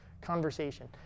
conversation